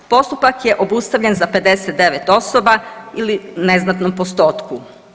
Postupak je obustavljen za 59 osoba ili neznatnom postotku.